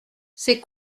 c’est